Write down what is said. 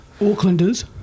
Aucklanders